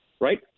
right